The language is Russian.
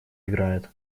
играет